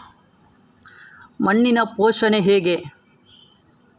ಮಣ್ಣಿನ ಪೋಷಣೆ ಹೇಗೆ?